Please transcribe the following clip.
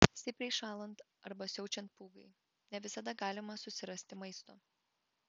stipriai šąlant arba siaučiant pūgai ne visada galima susirasti maisto